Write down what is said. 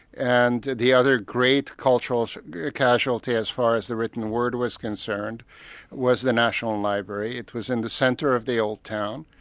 and the other great cultural casualty as far as the written word was concerned was the national library. it was in the centre of the old town,